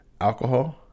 alcohol